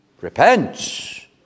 repent